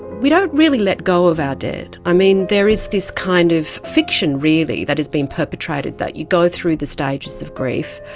we don't really let go of our dead. ah there is this kind of fiction really that is being perpetrated, that you go through the stages of grief,